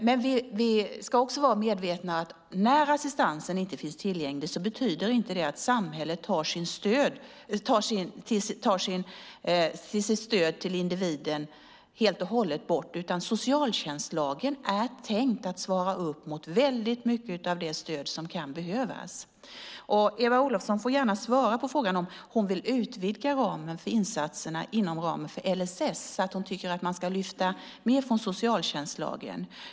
Men vi ska vara medvetna om att när assistansen inte finns tillgänglig betyder det inte att samhället tar bort sitt stöd till individen helt och hållet, utan stöd enligt socialtjänstlagen är tänkt att svara upp mot mycket av det som kan behövas. Eva Olofsson får gärna svara på frågan om hon vill utvidga insatserna inom ramen för LSS, om hon tycker att man ska lyfta mer från socialtjänstlagen.